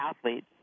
athlete